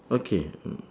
okay